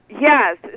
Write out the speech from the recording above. Yes